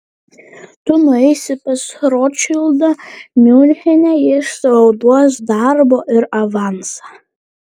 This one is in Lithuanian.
tu nueisi pas rotšildą miunchene jis tau duos darbo ir avansą